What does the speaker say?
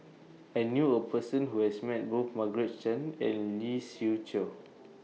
I knew A Person Who has Met Both Margaret Chan and Lee Siew Choh